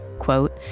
quote